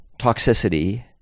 toxicity